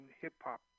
hip-hop